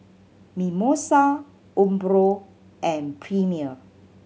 Mimosa Umbro and Premier